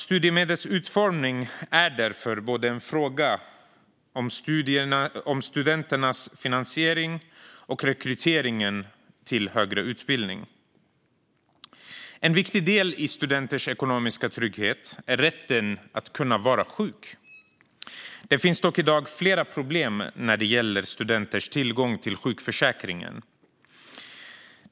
Studiemedlets utformning är därför både en fråga om studiernas finansiering och rekryteringen till högre utbildning. En viktig del i studenters ekonomiska trygghet är rätten att kunna vara sjuk. Det finns dock i dag flera problem när det gäller studenters tillgång till sjukförsäkringen.